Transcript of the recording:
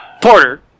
porter